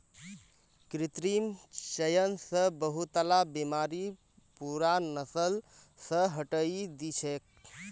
कृत्रिम चयन स बहुतला बीमारि पूरा नस्ल स हटई दी छेक